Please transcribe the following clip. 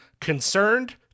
concerned